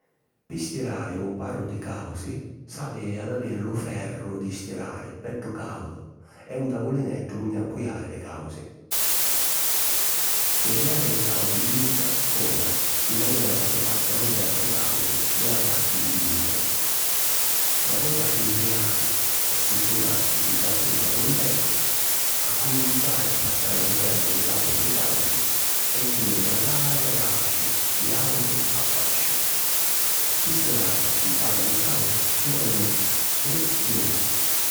Pi stirari un paru di càusi s'havi ad aviri lu ferru di stirari beddu càudu e un tavulineddu unni appujari li càusi. Firriari li càusi dintra - fora, di manera ca si passa lu ferru càudu nni la parti di dintra. Na vota firriati e sistimati ncapu lu tavulineddu, accuminzari a passari lu ferru ncapu li càusi e jiri adaciu adaciu di àutu a vasciu. Pi stirari un paru di càusi ci vonnu tri minuti.